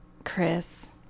Chris